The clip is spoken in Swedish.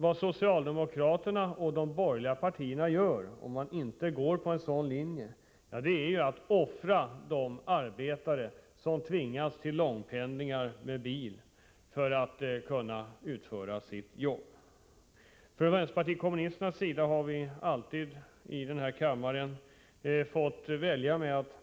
Vad socialdemokraterna och de borgerliga partierna gör, om man inte väljer att kompensera bilisterna, är att de offrar arbetare som tvingas till långpendling med bil för att kunna utföra sitt arbete.